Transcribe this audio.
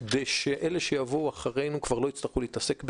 כדי שאלה יבואו אחרינו כבר לא יצטרכו להתעסק בזה.